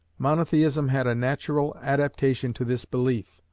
monotheism had a natural adaptation to this belief,